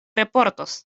reportos